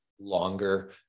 longer